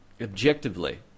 objectively